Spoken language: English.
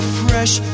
fresh